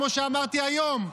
כמו שאמרתי היום: